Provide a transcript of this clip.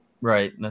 Right